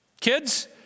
Kids